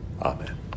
Amen